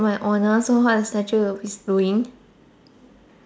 my honour so what the statue is doing